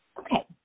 okay